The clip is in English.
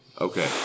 Okay